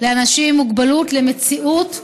לאנשים עם מוגבלות למציאות בפועל,